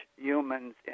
humans